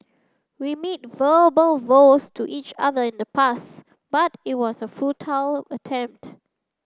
we made verbal vows to each other in the past but it was a futile attempt